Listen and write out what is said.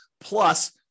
plus